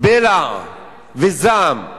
בלע וזעם?